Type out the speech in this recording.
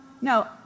no